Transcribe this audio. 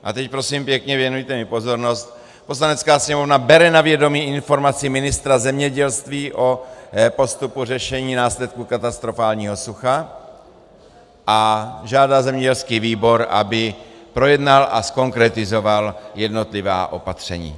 A teď, prosím pěkně, věnujte mi pozornost: Poslanecká sněmovna bere na vědomí informaci ministra zemědělství o postupu řešení následků katastrofálního sucha a žádá zemědělský výbor, aby projednal a zkonkretizoval jednotlivá opatření.